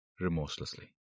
Remorselessly